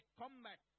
combat